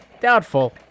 Doubtful